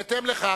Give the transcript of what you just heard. בהתאם לכך,